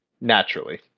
Naturally